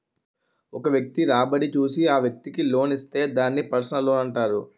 ఒక వ్యక్తి రాబడి చూసి ఆ వ్యక్తికి లోన్ ఇస్తే దాన్ని పర్సనల్ లోనంటారు